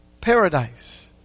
Paradise